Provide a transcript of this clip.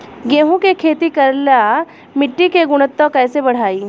गेहूं के खेती करेला मिट्टी के गुणवत्ता कैसे बढ़ाई?